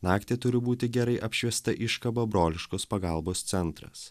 naktį turi būti gerai apšviesta iškaba broliškos pagalbos centras